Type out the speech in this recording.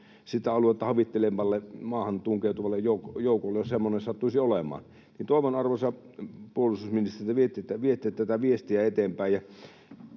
sitä aluetta havittelevalle, maahan tunkeutuvalle joukolle, jos semmoinen sattuisi olemaan. Toivon, arvoisa puolustusministeri, että viette tätä viestiä eteenpäin.